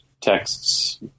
texts